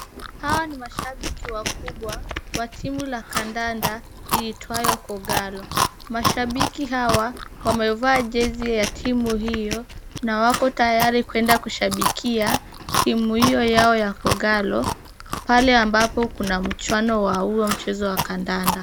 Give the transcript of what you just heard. Hawa ni mashabiki wakubwa wa timu la kandanda iitwalo Kogalo, mashabiki hawa wamevaa jezi ya timu hiyo na wako tayari kwenda kushabikia timu hiyo yao ya Kogalo pale ambapo kuna mchuano wa huo mchezo wa kandanda .